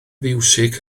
fiwsig